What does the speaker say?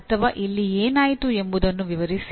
ಅಥವಾ ಇಲ್ಲಿ ಏನಾಯಿತು ಎಂಬುದನ್ನು ವಿವರಿಸಿ